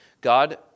God